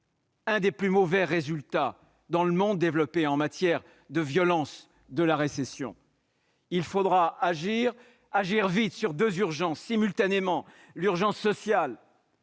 l'un des plus mauvais résultats dans le monde développé en matière de violence de la récession. Il faudra agir vite sur deux urgences simultanément. L'urgence sociale,